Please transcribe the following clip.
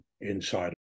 inside